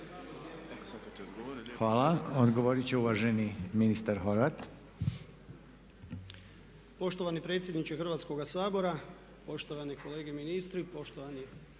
Hvala. Odgovorit će uvaženi ministar Horvat. **Horvat,